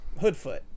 Hoodfoot